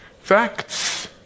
Facts